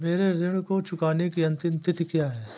मेरे ऋण को चुकाने की अंतिम तिथि क्या है?